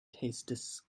tastes